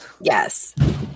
Yes